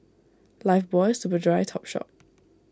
Lifebuoy Superdry Topshop